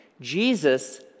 Jesus